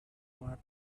part